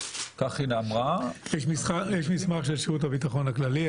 כך היא אמרה --- יש מסמך של שירות הביטחון הכללי,